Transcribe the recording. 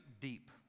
deep